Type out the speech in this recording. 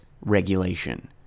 regulation